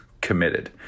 committed